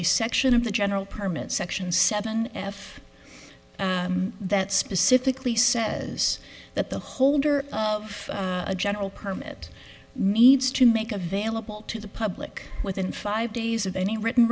a section of the general permit section seven f that specifically says that the holder of a general permit needs to make available to the public within five days of any written